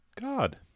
God